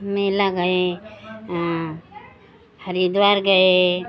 मेला गए हरिद्वार गए